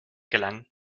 gelangen